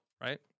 right